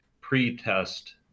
pre-test